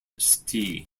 ste